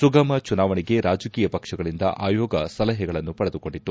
ಸುಗಮ ಚುನಾವಣೆಗೆ ರಾಜಕೀಯ ಪಕ್ಷಗಳಿಂದ ಆಯೋಗ ಸಲಹೆಗಳನ್ನು ಪಡೆದುಕೊಂಡಿತ್ತು